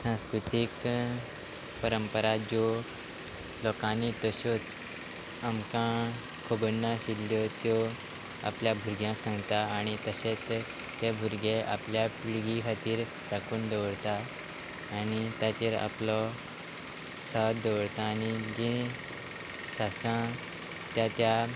सांस्कृतीक परंपरा ज्यो लोकांनी तश्योच आमकां खबर नाशिल्ल्यो त्यो आपल्या भुरग्यांक सांगता आनी तशेंच ते भुरगे आपल्या पिळगी खातीर राखून दवरता आनी ताचेर आपलो साद दवरता आनी जी शास्त्रां त्या त्या